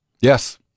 Yes